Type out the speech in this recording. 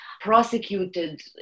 prosecuted